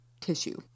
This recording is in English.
tissue